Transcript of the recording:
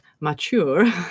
mature